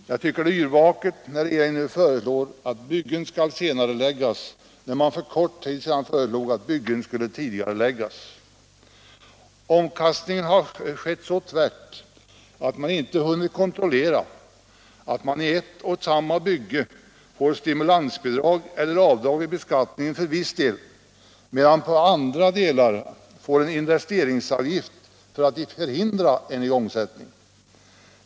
Jag tycker att det är yrvaket när regeringen nu föreslår att byggen skall senareläggas, trots att den för kort tid sedan föreslog att byggen skulle tidigareläggas. Omkastningen har skett så tvärt att man inte hunnit kontrollera, om resultatet blir att ett och samma bygge får stimulansbidrag eller avdrag vid beskattningen för viss del medan det på andra delar läggs en investeringsavgift för att förhindra en igångsättning.